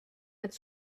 met